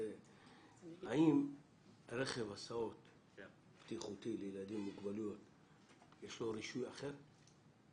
האם לרכב הסעות בטיחותי לילדים עם מוגבלויות יש לו רישוי אחר?